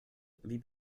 wie